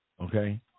Okay